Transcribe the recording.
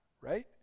right